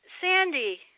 Sandy